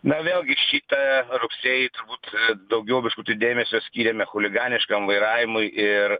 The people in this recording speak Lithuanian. na vėlgi šitą rugsėjį turbūt daugiau biškutį dėmesio skyrėme chuliganiškam vairavimui ir